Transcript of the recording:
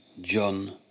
John